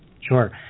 Sure